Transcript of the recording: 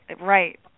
right